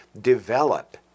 develop